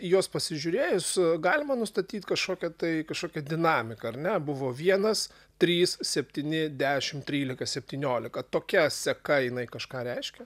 į juos pasižiūrėjus galima nustatyt kažkokią tai kažkokią dinamiką ar ne buvo vienas trys septyni dešim trylika septyniolika tokia seka jinai kažką reiškia